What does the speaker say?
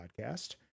podcast